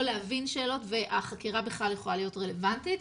יכול להבין שאלות והחקירה בכלל יכולה להיות רלוונטית.